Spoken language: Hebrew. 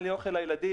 אין לי אוכל לילדים,